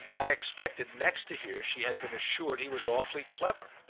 i expected next to hear she had been assured he was awfully clever.